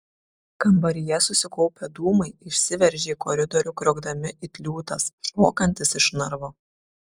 kambaryje susikaupę dūmai išsiveržė į koridorių kriokdami it liūtas šokantis iš narvo